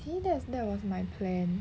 see that's that was my plan